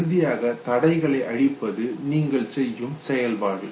இறுதியாக தடைகளை அழிப்பது நீங்கள் செய்யும் செயல்பாடு